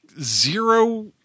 zero